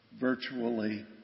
virtually